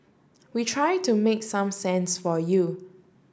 we try to make some sense for you